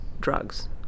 drugs